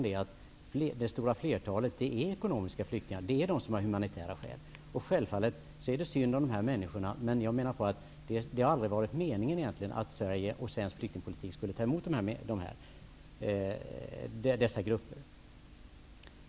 Det stora flertalet är ekono miska flyktingar. Det är de som har humanitära skäl. Det är självfallet synd om dessa människor, men det har aldrig varit meningen med svensk flyktingpolitik att Sverige skall ta emot dessa grupper.